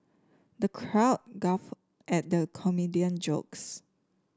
the crowd guffawed at the comedian jokes